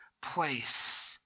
place